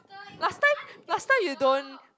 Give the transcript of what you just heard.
last time last time you don't